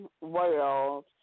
world